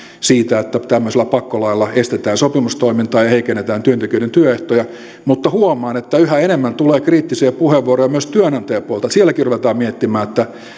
siitä että tämmöisellä pakkolailla estetään sopimustoimintaa ja heikennetään työntekijöiden työehtoja mutta huomaan että yhä enemmän tulee kriittisiä puheenvuoroja myös työnantajapuolelta että sielläkin ruvetaan miettimään